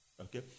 Okay